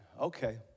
Okay